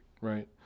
Right